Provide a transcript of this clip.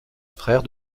frère